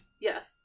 yes